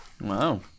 Wow